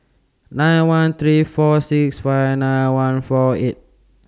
nine one three four six five nine one four eight